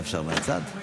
לדעתי זה לא נכון.